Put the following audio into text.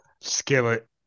skillet